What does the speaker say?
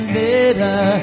better